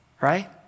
Right